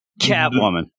Catwoman